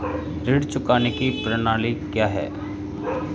ऋण चुकाने की प्रणाली क्या है?